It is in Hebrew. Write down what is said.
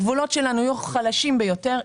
הגבולות שלנו יהיו חלשים ביותר,